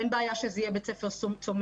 אין בעיה שזה יהיה בית ספר צומח.